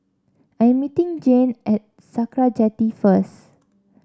I am meeting Jeane at Sakra Jetty first